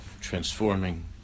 transforming